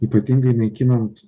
ypatingai naikinant